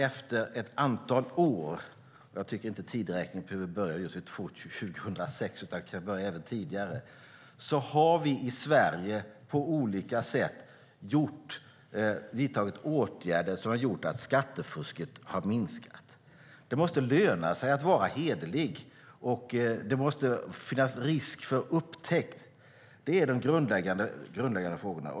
Under ett antal år - tideräkningen behöver inte börja just vid 2006 utan kan börja även tidigare - har vi i Sverige på olika sätt vidtagit åtgärder som har lett till att skattefusket har minskat. Det måste löna sig att vara hederlig, och det måste finnas risk för upptäckt. Det är de grundläggande frågorna.